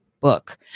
book